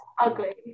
ugly